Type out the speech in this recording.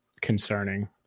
concerning